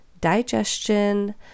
digestion